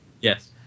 yes